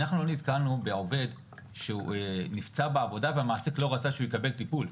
אנחנו לא נתקלנו בעובד שנפצע בעבודה והמעסיק לא רצה שהוא יקבל טיפול.